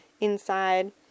inside